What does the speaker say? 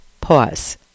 Pause